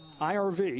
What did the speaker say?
IRV